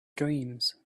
dreams